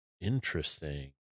Interesting